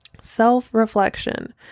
Self-reflection